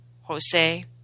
Jose